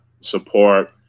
support